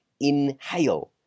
inhale